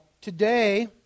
Today